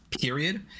period